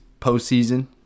postseason